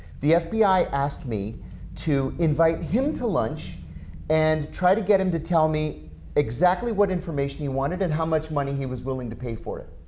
the fbi asked me to invite him to lunch and try to get them to tell me exactly what information you wanted and how much money he was willing to pay for it.